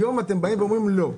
היום אתם אומרים: לא,